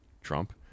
Trump